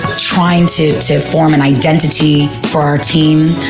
trying to to form an identity for our team.